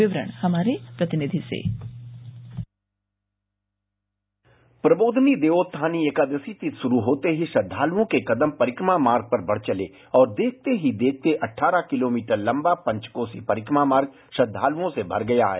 विवरण हमारे प्रतिनिधि से प्रबोधनी देवोत्थानी एकादशी तिथि शुरू होते ही श्रद्धालुओं के कदम परिक्रमा मार्ग पर बढ़ चले और देखते ही देखते अद्वारह किलोमीटर तम्बा पञ्च कोसी परिक्रमा मार्ग श्रद्धालुओं से भर गया है